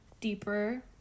deeper